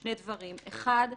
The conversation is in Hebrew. שני דברים: האחד,